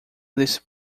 desse